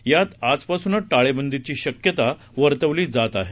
यात आजपासूनच टाळेबंदीची शक्यता वर्तवली जात आहे